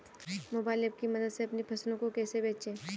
Mobile app की मदद से अपनी फसलों को कैसे बेचें?